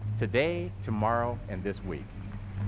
today, tomorrow, and this week.